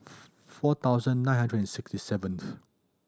four thousand nine hundred and sixty seventh